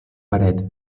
paret